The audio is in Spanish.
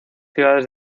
ciudades